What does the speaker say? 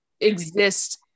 exist